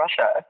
Russia